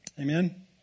Amen